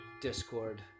discord